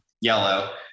yellow